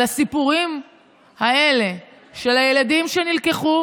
על הסיפורים האלה של הילדים שנלקחו